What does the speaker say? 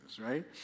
right